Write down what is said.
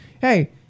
Hey